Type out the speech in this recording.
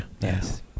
Yes